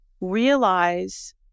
realize